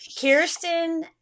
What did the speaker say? Kirsten